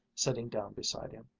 sitting down beside him.